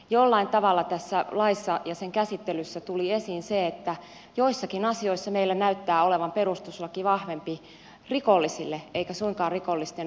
jollain tavalla tässä laissa ja sen käsittelyssä tuli esiin se että joissakin asioissa meillä näyttää olevan perustuslaki vahvempi rikollisille eikä suinkaan rikollisten uhreille